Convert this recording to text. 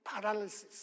paralysis